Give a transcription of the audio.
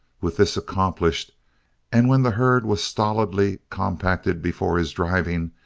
with this accomplished and when the herd was stolidly compacted before his driving,